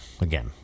again